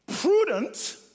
Prudent